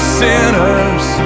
sinners